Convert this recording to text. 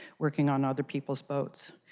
working on other people's boats.